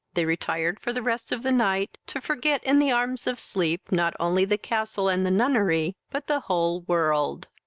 they retired for the rest of the night, to forget, in the arms of sleep, not only the castle and the nunnery, but the whole world.